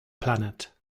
planet